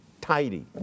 tidy